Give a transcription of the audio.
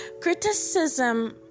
criticism